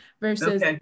versus